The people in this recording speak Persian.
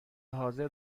حاضر